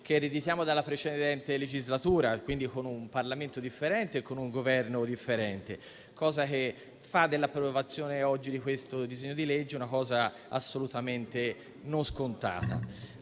che ereditiamo dalla precedente legislatura e quindi da un Parlamento differente e da un Governo differente. Ciò rende l'approvazione di questo disegno di legge oggi una cosa assolutamente non scontata,